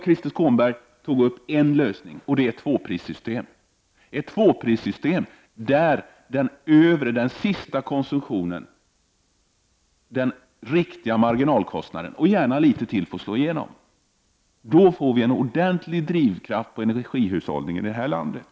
Krister Skånberg tog upp en lösning, nämligen tvåprissystemet, där den reella marginalkostnaden — och gärna litet till — får slå igenom i det sista konsumtionsledet. Då blir det en ordentlig drivkraft när det gäller energihushållning i det här landet.